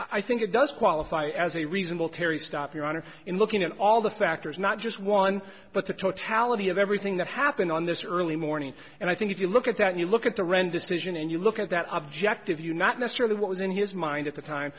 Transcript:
i think it does qualify as a reasonable terry stop your honor in looking at all the factors not just one but the totality of everything that happened on this early morning and i think if you look at that you look at the ren decision and you look at that objective you not mr the what was in his mind at the time